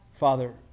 Father